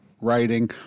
writing